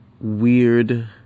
weird